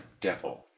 devil